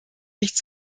nicht